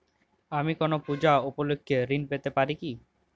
আমি কোনো পূজা উপলক্ষ্যে ঋন পেতে পারি কি?